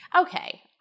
Okay